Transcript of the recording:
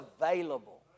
available